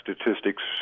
statistics